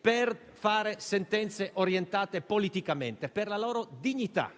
per emettere sentenze orientate politicamente, per la loro dignità,